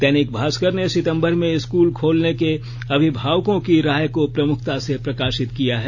दैनिक भास्कर ने सितंबर में स्कूल खोलने के अभिभावकों की राय को प्रमुखता से प्रकाशित किया है